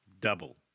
double